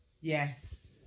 Yes